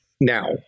Now